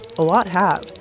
a lot have,